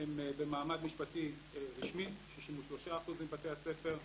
הם במעמד משפטי רשמי, 63% מבתי הספר.